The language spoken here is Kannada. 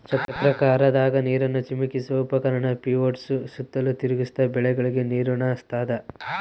ಚಕ್ರಾಕಾರದಾಗ ನೀರನ್ನು ಚಿಮುಕಿಸುವ ಉಪಕರಣ ಪಿವೋಟ್ಸು ಸುತ್ತಲೂ ತಿರುಗ್ತ ಬೆಳೆಗಳಿಗೆ ನೀರುಣಸ್ತಾದ